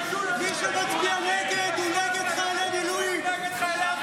מי שמצביע נגד, הוא נגד חיילי מילואים.